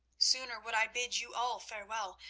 sooner would i bid you all farewell,